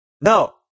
no